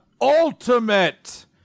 Ultimate